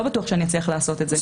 לא בטוח שאני אצליח לעשות את זה.